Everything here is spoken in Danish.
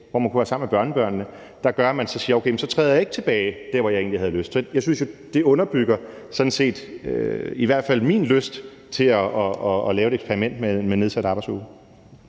hvor man kunne være sammen med børnebørnene, der gør, at man så siger, at okay, så træder man ikke tilbage, selv om man egentlig havde lyst. Så jeg synes sådan set i hvert fald, det underbygger min lyst til at lave et eksperiment med en uge